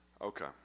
Okay